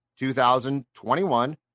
2021